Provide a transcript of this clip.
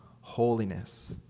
holiness